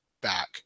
back